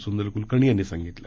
सुंदर कुलकर्णी यांनी सांगितलं